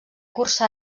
cursà